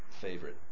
favorite